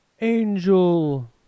Angel